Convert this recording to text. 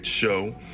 show